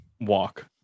walk